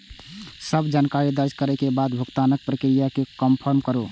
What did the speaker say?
सब जानकारी दर्ज करै के बाद भुगतानक प्रक्रिया कें कंफर्म करू